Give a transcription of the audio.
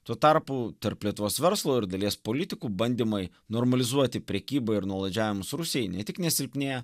tuo tarpu tarp lietuvos verslo ir dalies politikų bandymai normalizuoti prekybą ir nuolaidžiavimus rusijai ne tik nesilpnėja